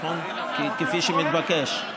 כפי שמתבקש.